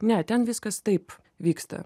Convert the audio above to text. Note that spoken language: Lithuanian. ne ten viskas taip vyksta